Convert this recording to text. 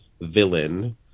villain